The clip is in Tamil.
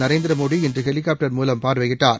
நரேந்திரமோடி இன்று ஹெலிகாப்டர் மூலம் பார்வையிட்டார்